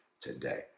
today